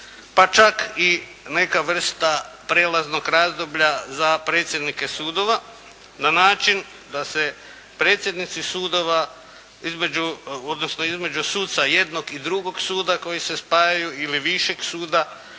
pa čak i neka vrsta prijelaznog razdoblja za predsjednike sudova, na način da se predsjednici sudova između, odnosno između suca jednog i drugo suda koji se spajaju ili višeg suda